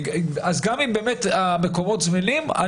גם אם המקומות זמינים,